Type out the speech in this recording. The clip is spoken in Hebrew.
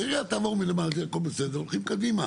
העירייה תעבוד מלמעלה הכל בסדר הולכים קדימה.